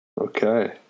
Okay